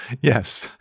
Yes